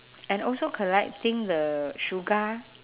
and also collecting the shuga